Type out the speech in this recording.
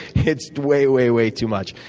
it's way, way, way too much.